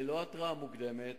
ללא התרעה מוקדמת,